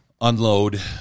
unload